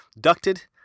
Ducted